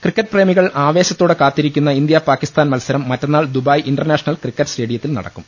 cricket പ്രേമികൾ ആവേശത്തോടെ കാത്തിരിക്കുന്ന ഇന്ത്യ പാക്കിസ്ഥാൻ മത്സരം മറ്റന്നാൾ ദുബായ് ഇന്റർനാഷണൽ ക്രിക്കറ്റ് സ്റ്റേഡിയത്തിൽ നടക്കും